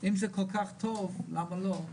אם זה כל כך טוב, למה לא?